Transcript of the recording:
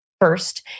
First